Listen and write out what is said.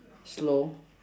slow